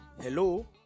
Hello